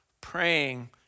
praying